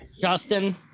justin